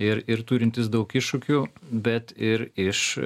ir ir turintys daug iššūkių bet ir iš